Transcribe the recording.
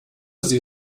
sie